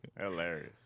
Hilarious